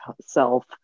self